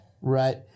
Right